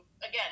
again